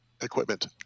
equipment